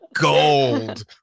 gold